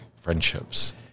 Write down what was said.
friendships